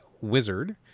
wizard